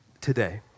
today